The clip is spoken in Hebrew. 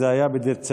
זה היה בדצמבר.